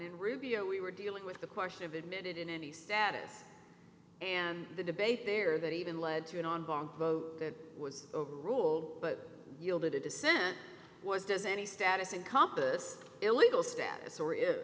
in rubio we were dealing with the question of admitted in any status and the debate there that even led to an ongoing vote that was overruled but yielded a dissent was does any status encompass illegal status or is